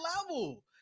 level